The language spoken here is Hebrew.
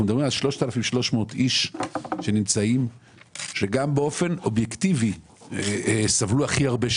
אנחנו מדברים על 3,300 איש שגם באופן אובייקטיבי סבלו הכי הרבה שנים,